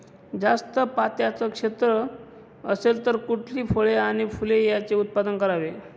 जास्त पात्याचं क्षेत्र असेल तर कुठली फळे आणि फूले यांचे उत्पादन करावे?